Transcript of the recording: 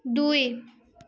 দুই